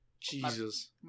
Jesus